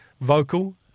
vocal